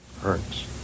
Hurts